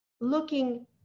looking